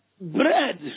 bread